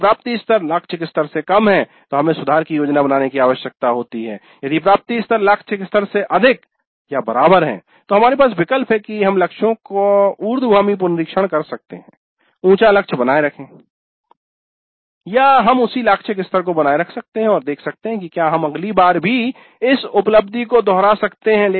यदि प्राप्ति स्तर लाक्षिक स्तर से कम है तो हमें सुधार की योजना बनाने की आवश्यकता होती है यदि प्राप्ति स्तर लाक्षिक स्तर से अधिक या बराबर है तो हमारे पास विकल्प है की हम लक्ष्यों का उर्ध्वगामी पुनरीक्षण कर सकते हैं ऊंचा लक्ष्य बनाये रखें या हम उसी लाक्षिक स्तर को बनाए रख सकते हैं और देख सकते हैं कि क्या हम अगली बार भी इस उपलब्धि को दोहरा सकते हैं